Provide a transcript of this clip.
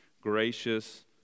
gracious